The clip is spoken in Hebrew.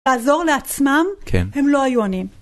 לעזור לעצמם הם לא היו עיונים.